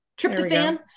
tryptophan